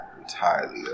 entirely